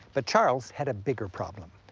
but charles had a bigger problem.